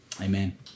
Amen